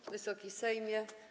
Wysoki Sejmie!